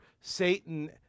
Satan